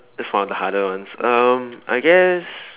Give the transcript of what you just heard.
that was on of the harder ones um I guess